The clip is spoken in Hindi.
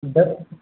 दक्ष